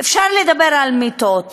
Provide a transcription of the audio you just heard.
אפשר לדבר על מיטות